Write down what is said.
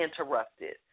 interrupted